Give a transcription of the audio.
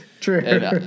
True